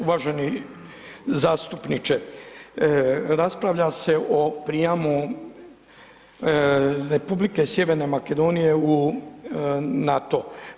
Uvaženi zastupniče raspravlja se o prijemu Republike Sjeverne Makedonije u NATO.